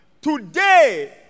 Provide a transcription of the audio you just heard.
Today